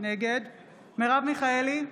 נגד מרב מיכאלי,